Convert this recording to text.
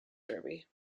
derby